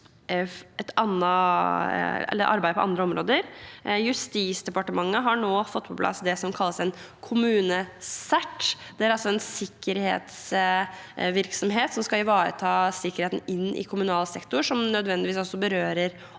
arbeid på andre områder. Justisdepartementet har nå fått på plass det som kalles KommuneCERT. Det er en sikkerhetsvirksomhet som skal ivareta sikkerheten i kommunal sektor, som nødvendigvis også berører